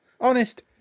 Honest